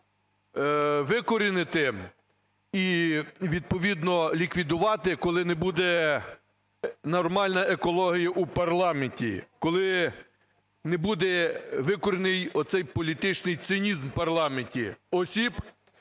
викорінити і, відповідно, ліквідувати, коли не буде нормальної екології у парламенті, коли не буде викорінений оцей політичний цинізм в парламенті осіб,